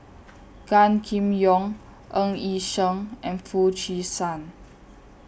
Gan Kim Yong Ng Yi Sheng and Foo Chee San